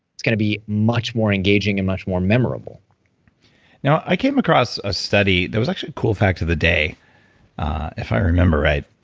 it's going to be much more engaging and much more memorable now, i came across a study that was actually a cool fact of the day if i remember right.